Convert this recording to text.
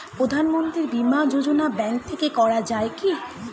প্রধানমন্ত্রী বিমা যোজনা ব্যাংক থেকে করা যায় কি?